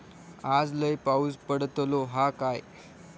आज लय पाऊस पडतलो हा काय?